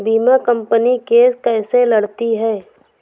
बीमा company case कैसे लड़ती है?